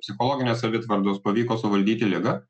psichologinės savitvardos pavyko suvaldyti ligą